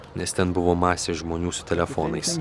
nes ten buvo masė žmonių su telefonais